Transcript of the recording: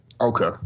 Okay